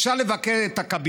אולי אפשר לבקר את הקבינט,